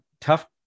tough